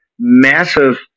massive